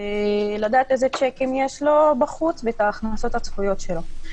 לדעת איזה שיקים יש לו בחוץ ואת ההכנסות הצפויות שלו.